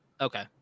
Okay